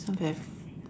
this one very